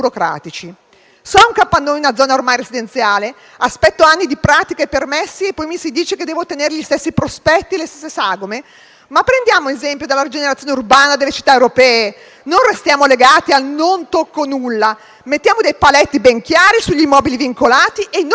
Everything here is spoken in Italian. ho un capannone in una zona ormai residenziale, aspetto anni di pratiche e permessi e poi mi si dice che devo tenere gli stessi prospetti e le stesse sagome. Prendiamo esempio dalla rigenerazione urbana delle città europee, non restiamo legati al "non tocco nulla"; mettiamo dei paletti ben chiari sugli immobili vincolati e non in generale.